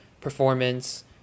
performance